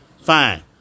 fine